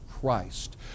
Christ